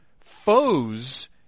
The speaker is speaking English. foes